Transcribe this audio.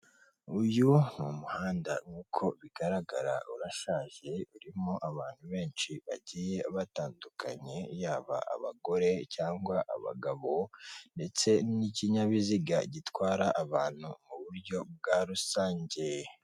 Uyu mu umuhanda nk'uko bigaragara urashaje urimo abantu benshi bagiye batandukanye, yaba abagore cyangwa abagabo ndetse n'ikinyabiziga gitwara abantu mu buryo bwa rusange.